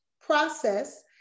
process